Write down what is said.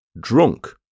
drunk